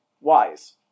wise